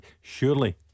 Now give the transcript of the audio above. surely